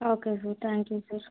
okay sir thank you sir